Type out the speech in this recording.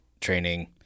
training